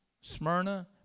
Smyrna